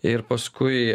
ir paskui